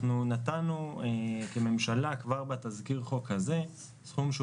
אנחנו כממשלה נתנו כבר בתזכיר חוק הזה סכום שהוא